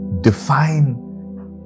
define